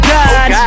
God